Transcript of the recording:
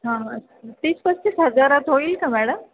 हां तीस पस्तीस हजारात होईल का मॅडम